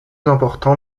important